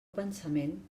pensament